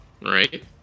right